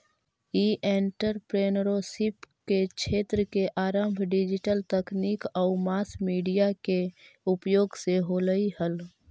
ई entrepreneurship क्क्षेत्र के आरंभ डिजिटल तकनीक आउ मास मीडिया के उपयोग से होलइ हल